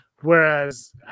Whereas